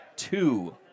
Two